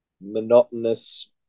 monotonous